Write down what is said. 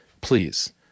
please